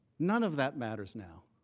none of that matters now.